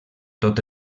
tot